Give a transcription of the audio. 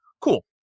cool